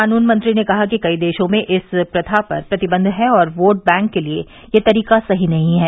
कानून मंत्री ने कहा कि कई देशों में इस प्रथा पर प्रतिबंध है और वोट बैंक के लिए यह तरीका सही नहीं है